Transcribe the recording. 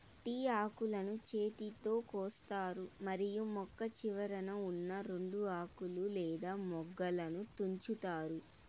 tea ఆకులను చేతితో కోస్తారు మరియు మొక్క చివరన ఉన్నా రెండు ఆకులు లేదా మొగ్గలను తుంచుతారు